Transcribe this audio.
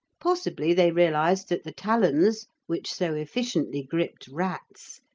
possibly they realised that the talons, which so efficiently gripped rats,